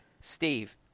Steve